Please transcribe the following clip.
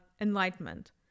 Enlightenment